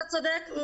אתה צודק.